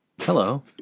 Hello